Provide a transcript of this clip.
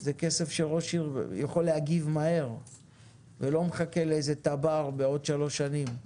זה כסף שראש עיר יכול להגיב מהר ולא מחכה לתב"ר בעוד שלוש שנים,